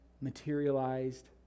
materialized